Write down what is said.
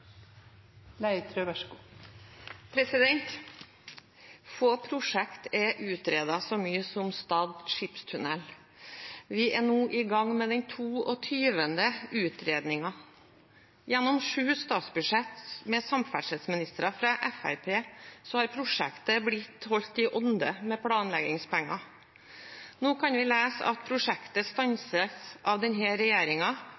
nå i gang med den 22. utredningen. Gjennom sju statsbudsjetter med samferdselsministre fra Fremskrittspartiet har prosjektet blitt holdt i ånde med planleggingspenger. Nå kan vi lese at prosjektet